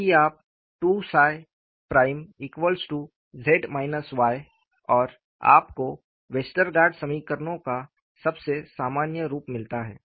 यदि आप 2Z Yऔर आपको वेस्टरगार्ड समीकरणों का सबसे सामान्य रूप मिलता है